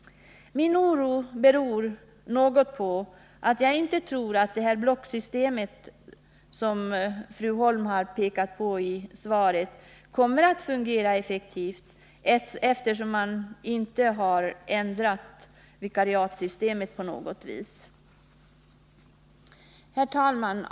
Min oro beror något på att jag inte tror att det blocksystem som fru Holm pekat på i svaret kommer att fungera effektivt, eftersom man inte har ändrat vikariatsystemet på något vis. Herr talman!